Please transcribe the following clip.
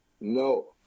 no